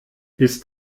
ist